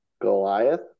Goliath